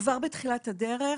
וכבר בתחילת הדרך,